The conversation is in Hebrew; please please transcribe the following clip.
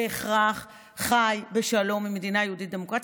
בהכרח חי בשלום עם מדינה יהודית דמוקרטית.